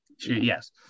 Yes